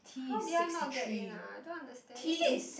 how did I not get in ah I don't understand